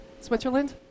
Switzerland